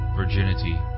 virginity